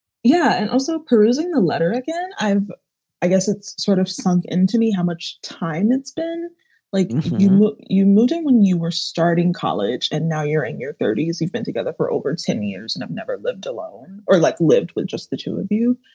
yeah. and also perusing the letter again. i've i guess it's sort of sunk into me. how much time? it's been like you you mooting when you were starting college and now you're in your thirty s. you've been together for over ten years. and i've never lived alone or like lived with just the two of you.